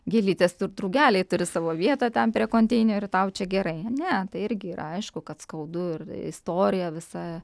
gėlytės ir drugeliai turi savo vietą ten prie konteinerių tau čia gerai ne tai irgi yra aišku kad skaudu ir istorija visa